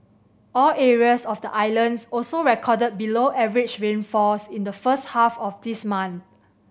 all areas of the islands also recorded below average rainfalls in the first half of this month